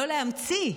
לא להמציא.